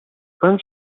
ernst